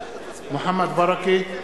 מוחמד ברכה,